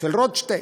של רוטשטיין.